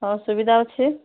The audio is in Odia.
ହଉ ସୁବିଧା ଅଛି